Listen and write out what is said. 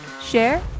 share